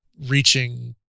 reaching